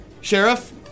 Sheriff